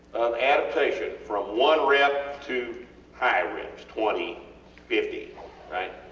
of adaptation from one rep to high reps, twenty fifty right,